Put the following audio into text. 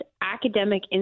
academic